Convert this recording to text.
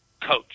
coach